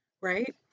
right